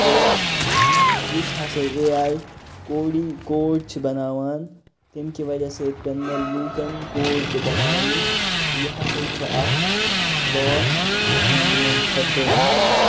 یُس ہَسا اے آیۍ کوڈی کوڈ چھِ بَناووان تمہ کہِ وَجہ سۭتۍ پیٚن نہٕ لُکَن کوڈ تہِ بَناونی تہٕ یہِ ہَسا چھُ اکھ لاس ہیومَنَن خٲطرٕ